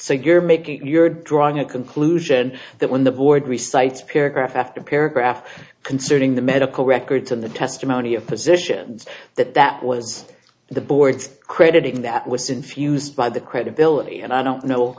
so you're making you're drawing a conclusion that when the board recites paragraph after paragraph concerning the medical records and the testimony of positions that that was the board's crediting that was infused by the credibility and i don't know